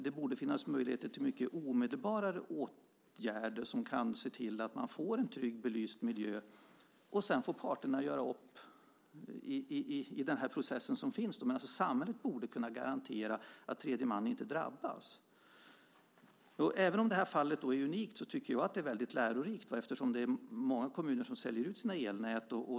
Det borde finnas möjligheter till mycket mer omedelbara åtgärder så att man får en trygg belyst miljö, och sedan får parterna göra upp i den process som finns. Men samhället borde kunna garantera att tredje man inte drabbas. Även om det här fallet är unikt tycker jag att det är väldigt lärorikt eftersom det är många kommuner som säljer ut sina elnät.